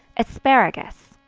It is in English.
asparagus.